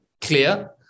clear